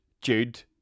Jude